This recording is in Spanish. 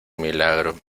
milagro